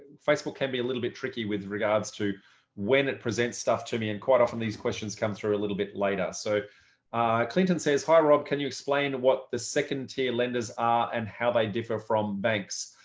facebook can be quite little bit tricky with regards to when it presents stuff to me. and quite often these questions come through a little bit later. so clinton says hi, rob, can you explain what the second tier lenders are and how they differ from banks?